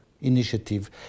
initiative